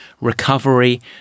recovery